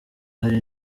hari